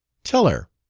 tell her!